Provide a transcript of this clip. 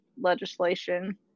legislation